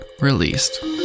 released